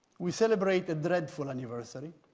we celebrate a dreadful anniversary,